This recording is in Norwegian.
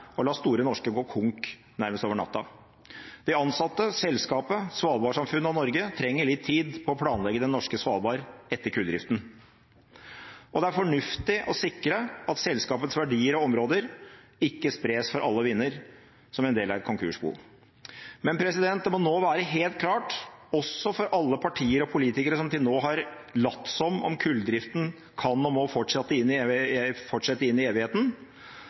å la Store Norske gå konkurs nærmest over natta. De ansatte, selskapet, svalbardsamfunnet og Norge trenger litt tid på å planlegge det norske Svalbard etter kulldriften. Og det er fornuftig å sikre at selskapets verdier og områder ikke spres for alle vinder, som en del av et konkursbo. Men det må nå være helt klart – også for alle partier og politikere som til nå har latt som om kulldriften kan og må fortsette inn i evigheten